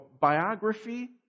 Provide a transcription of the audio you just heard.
biography